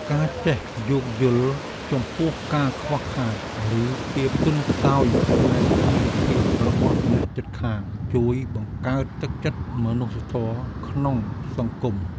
ការចេះយោគយល់ចំពោះការខ្វះខាតឬភាពទន់ខ្សោយផ្នែកជីវភាពរបស់អ្នកជិតខាងជួយបង្កើតទឹកចិត្តមនុស្សធម៌ក្នុងសង្គម។